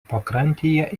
pakrantėje